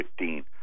2015